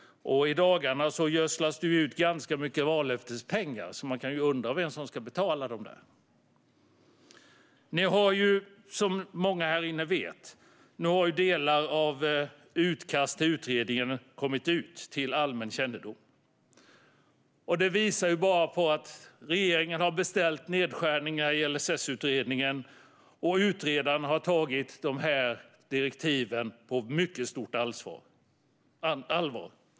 I dagarna gödslas mycket vallöftespengar ut, så man kan undra vem som ska betala. Nu har ju, som många här i salen vet, delar av utkast till utredningen kommit ut till allmän kännedom. De visar på att regeringen har beställt nedskärningar i LSS-utredningen, och utredaren har tagit direktiven på mycket stort allvar.